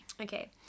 Okay